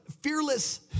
fearless